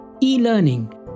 e-learning